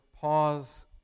pause